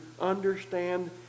understand